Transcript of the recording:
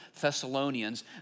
Thessalonians